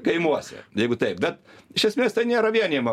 kaimuose jeigu taip bet iš esmės tai nėra vienijama